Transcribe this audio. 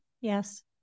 Yes